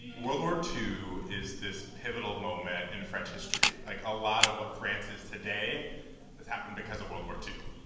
world war two is this pivotal moment in french history. like, a lot of what france is today has happened because of world war two.